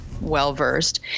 well-versed